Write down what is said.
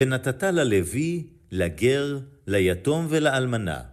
ונתת ללוי, לגר, ליתום ולאלמנה.